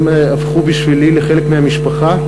הם הפכו בשבילי לחלק מהמשפחה,